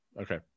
Okay